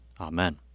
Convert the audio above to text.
Amen